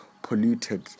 polluted